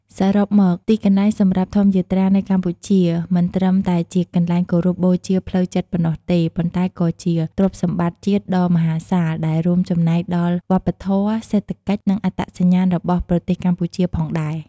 សរុបមក ទីកន្លែងសម្រាប់ធម្មយាត្រានៅកម្ពុជាមិនត្រឹមតែជាកន្លែងគោរពបូជាផ្លូវចិត្តប៉ុណ្ណោះទេ ប៉ុន្តែក៏ជា ទ្រព្យសម្បត្តិជាតិដ៏មហាសាល ដែលរួមចំណែកដល់វប្បធម៌ សេដ្ឋកិច្ច និងអត្តសញ្ញាណរបស់ប្រទេសកម្ពុជាផងដែរ។